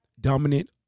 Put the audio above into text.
dominant